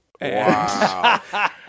Wow